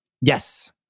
Yes